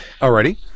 Alrighty